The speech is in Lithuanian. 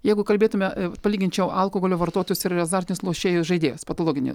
jeigu kalbėtume palyginčiau alkoholio vartotojus ir azartinius lošėjus žaidėjus patologinį